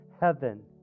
heaven